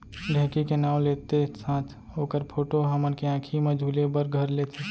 ढेंकी के नाव लेत्ते साथ ओकर फोटो ह हमन के आंखी म झूले बर घर लेथे